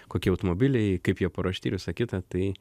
kokie automobiliai kaip jie paruošti ir visa kita tai